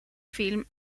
film